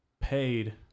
paid